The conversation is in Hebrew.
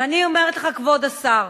אני אומרת לך, כבוד השר,